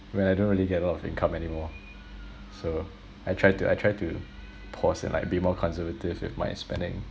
when I don't really get a lot of income anymore so I try to I try to pause and like be more conservative with my spending